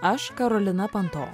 aš karolina panto